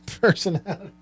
personality